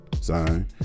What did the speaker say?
sign